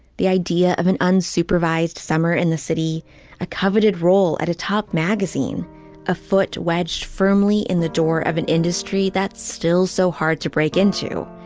the idea of an unsupervised summer in the city a coveted role at a top magazine a foot wedged firmly in the door of an industry that's still so hard to break into.